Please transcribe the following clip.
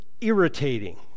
irritating